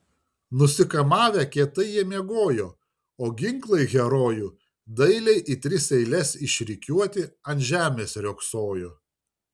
nusikamavę kietai jie miegojo o ginklai herojų dailiai į tris eiles išrikiuoti ant žemės riogsojo